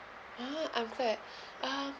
ah I'm glad um